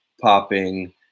popping